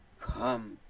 come